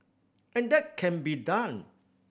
and that can be done